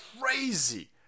crazy